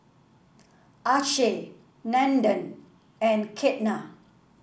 Akshay Nandan and Ketna